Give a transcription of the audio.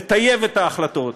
לטייב את ההחלטות,